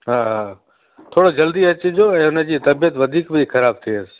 हा हा थोरो जल्दी अचिजो ऐं उनजी तबियतु वधीकु पई ख़राब थिएसि